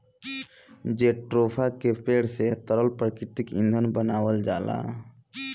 jatropha के पेड़े से तरल प्राकृतिक ईंधन बनावल जाला